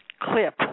clip